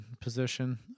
position